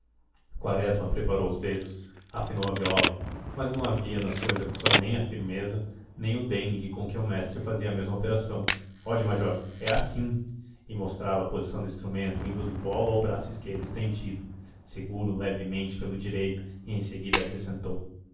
quaresma preparou os dedos afinou a viola mas não havia na sua execução nem a firmeza nem o dengue com que o mestre fazia a mesma operação olhe major é assim e mostrava a posição do instrumento indo do colo ao braço esquerdo estendido seguro levemente pelo direito e em seguida acrescentou